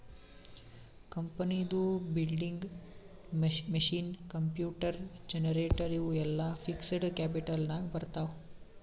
ಕಂಪನಿದು building, machine, computer, generator ಇವು ಎಲ್ಲಾ ಫಿಕ್ಸಡ್ ಕ್ಯಾಪಿಟಲ್ ನಾಗ್ ಬರ್ತಾವ್